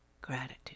gratitude